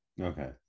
Okay